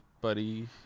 buddy